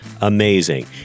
amazing